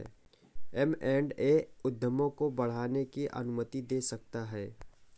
M and A उद्यमों को बढ़ाने की अनुमति दे सकता है